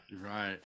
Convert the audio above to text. right